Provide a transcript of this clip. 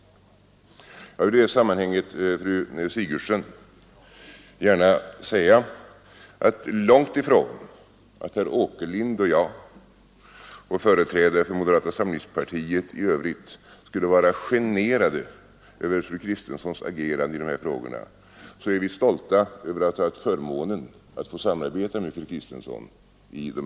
Jag vill i det sammanhanget säga, fru Sigurdsen, att långt ifrån att herr Åkerlind och jag samt företrädare för moderata samlingspartiet i övrigt skulle vara generade över fru Kristensson agerande i dessa frågor är vi stolta över att ha haft förmånen att samarbeta med henne.